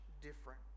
different